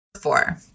Four